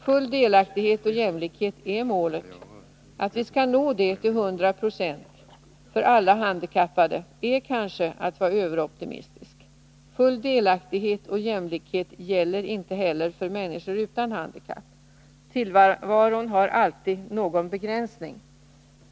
Full delaktighet och jämlikhet är målet. Att vi skall kunna nå det till 100 92 för alla handikappade är kanske att vara överoptimistisk. Full delaktighet och jämlikhet gäller inte heller för människor utan handikapp. Tillvaron har alltid någon begränsning.